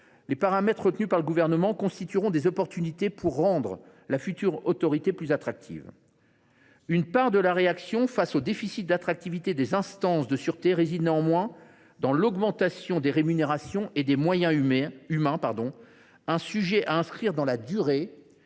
les paramètres retenus par le Gouvernement constitueront des outils pour rendre la future Autorité plus attractive. Une part de la nécessaire réaction face au déficit d’attractivité des instances de sûreté réside néanmoins également dans l’augmentation des rémunérations et des moyens humains, un sujet qu’il faut inscrire dans la durée